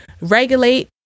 Regulate